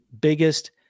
biggest